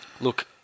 Look